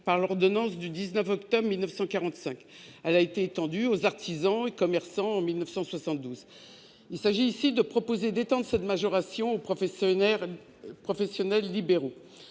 par l'ordonnance du 19 octobre 1945. Elle a été étendue aux artisans et commerçants en 1972. Il s'agit ici d'étendre cette majoration aux professionnels libéraux.